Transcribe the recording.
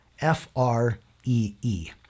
F-R-E-E